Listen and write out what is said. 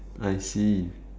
I see